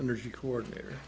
energy coordinator